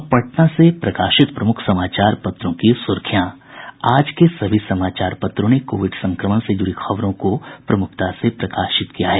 अब पटना से प्रकाशित प्रमुख समाचार पत्रों की सुर्खियां आज के सभी समाचार पत्रों ने कोविड संक्रमण से जुड़ी खबरों को प्रमुखता से प्रकाशित किया है